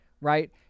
right